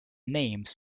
names